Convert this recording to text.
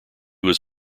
was